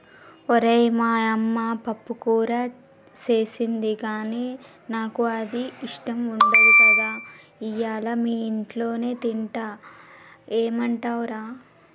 ఓరై మా యమ్మ పప్పుకూర సేసింది గానీ నాకు అది ఇష్టం ఉండదు కదా ఇయ్యల మీ ఇంట్లోనే తింటా ఏమంటవ్ రా